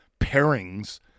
pairings